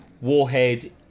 Warhead